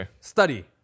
Study